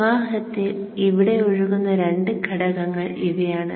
പ്രവാഹത്തിൽ ഇവിടെ ഒഴുകുന്ന രണ്ട് ഘടകങ്ങൾ ഇവയാണ്